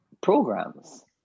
programs